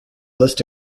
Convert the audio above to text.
list